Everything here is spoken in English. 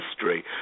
history